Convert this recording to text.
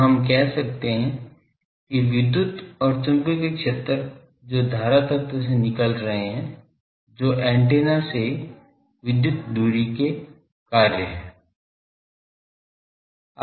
तो हम कह सकते हैं कि विद्युत और चुंबकीय क्षेत्र जो धारा तत्व से निकल रहे हैं जो एंटीना से विद्युत दूरी के कार्य हैं